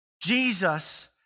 Jesus